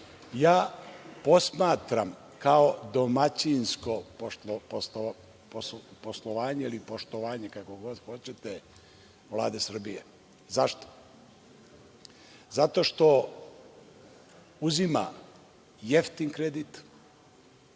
posmatram kao domaćinsko poslovanje ili poštovanje, kako god hoćete, Vlade Srbije. Zašto? Zato što uzima jeftin kredit,